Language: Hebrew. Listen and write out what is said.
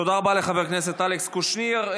תודה רבה לחבר הכנסת אלכס קושניר.